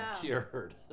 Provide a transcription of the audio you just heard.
cured